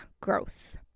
gross